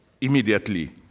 immediately